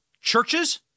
churches